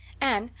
anne,